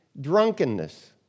drunkenness